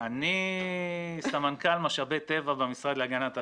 אני סמנכ"ל משאבי טבע במשרד להגנת הסביבה.